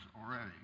already